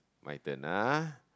my turn ah